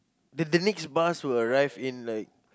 then the next bus will arrive in like